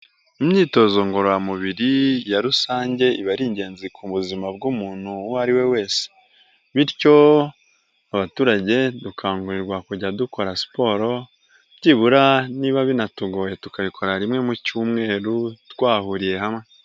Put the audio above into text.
Imyitozo ngororamubiri ya rusange iba ari ingenzi ku buzima bw'umuntu uwo ari we wese, bityo abaturage dukangurirwa kujya dukora siporo, byibura niba binatugoye tukayikora rimwe mu cyumweru twahuriye hamwe.